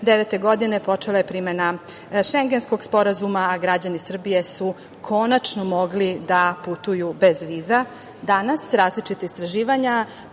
2009. godine počela je primena Šengenskog sporazuma. Građani Srbije su konačno mogli da putuju bez viza. Danas različita istraživanja